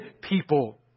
people